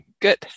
good